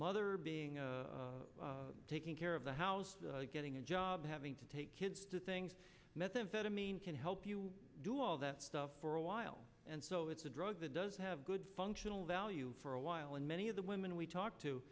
mother being taking care of the house getting a job having to take kids to things methamphetamine can help you do all that stuff for a while and so it's a drug that does have good functional value for a while and many of the women we talked to